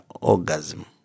orgasm